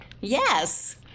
Yes